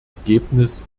ergebnis